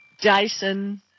Dyson